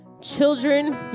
children